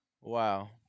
Wow